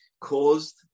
caused